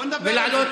בוא נדבר על זה.